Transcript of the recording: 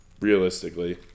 Realistically